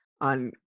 on